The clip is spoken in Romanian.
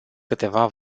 câteva